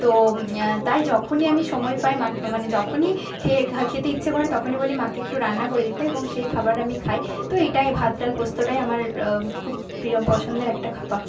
তো তাই যখনই আমি সময় পাই যখনই খেতে ইচ্ছে করে তখনই বলি মাকে একটু রান্না করে দিতে এবং সেই খাবার আমি খাই তো এটাই ভাত ডাল পোস্তটাই আমার খুব প্রিয় পছন্দের একটা খাবার